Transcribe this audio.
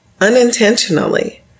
unintentionally